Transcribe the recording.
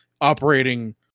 operating